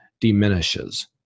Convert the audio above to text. diminishes